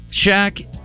Shaq